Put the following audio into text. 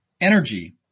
Energy